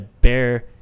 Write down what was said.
bare